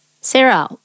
Sarah